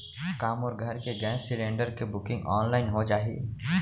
का मोर घर के गैस सिलेंडर के बुकिंग ऑनलाइन हो जाही?